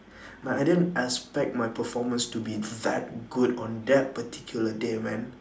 like I didn't expect my performance to be that good on that particular day man